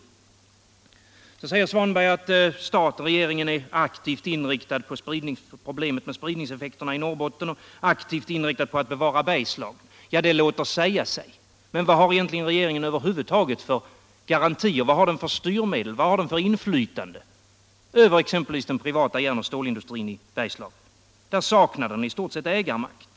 Herr Svanberg säger att staten och regeringen är aktivt inriktade på problemet med spridningseffekterna i Norrbotten och aktivt inriktade på att bevara Bergslagen. Det låter sig sägas, men vad har egentligen regeringen över huvud taget för garantier, vad har den för styrmedel och inflytande över exempelvis den privata järnoch stålindustrin i Bergslagen? Där saknar staten i stort sett ägarmakt.